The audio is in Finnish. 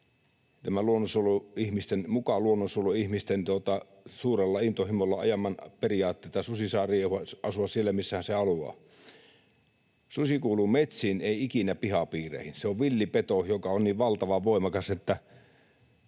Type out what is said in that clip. tämän muka-luonnonsuojeluihmisten suurella intohimolla ajaman periaatteen, että susi saa asua siellä, missä se haluaa. Susi kuuluu metsiin, ei ikinä pihapiireihin. Se on villipeto, joka on niin valtavan voimakas, että…